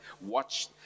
watch